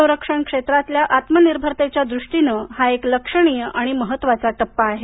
संरक्षण क्षेत्रातल्या आत्मनिर्भरतेच्या दृष्टीनं हा एक लक्षणीय आणि महत्त्वाचा टप्पा आहे